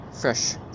fresh